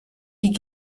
die